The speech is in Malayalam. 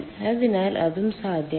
അതിനാൽ അതും സാധ്യമാണ്